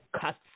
cuts